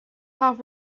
half